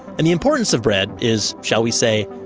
and the importance of bread is shall we say,